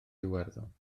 iwerddon